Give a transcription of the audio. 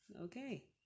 Okay